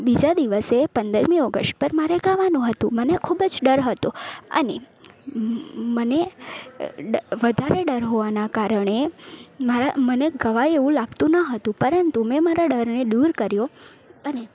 બીજા દિવસે પંદરમી ઓગસ્ટ પર મારે ગાવાનું હતું મને ખૂબ જ ડર હતો અને મને વધારે ડર હોવાના કારણે મારા મને મને ગવાય એવું લાગતું ન હતું પરંતુ મેં મારા ડરને દૂર કર્યો અને